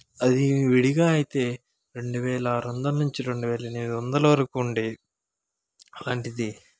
అది విడిగా అయితే రెండు వేల ఆరొందల నుంచి రెండు వేల ఎనిమిదొందల వరకు ఉండేది అలాంటిది